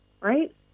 right